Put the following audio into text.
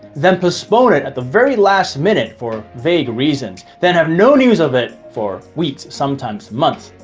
then postpone it at the very last minute for vague reasons, then have no news of it for weeks sometimes months,